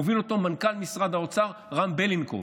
מוביל אותו מנכ"ל משרד האוצר רם בלינקוב,